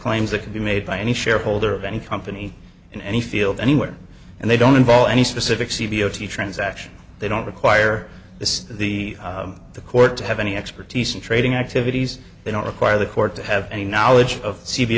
claims that can be made by any shareholder of any company in any field anywhere and they don't involve any specific c b o t transaction they don't require this the the court to have any expertise in trading activities they don't require the court to have any knowledge of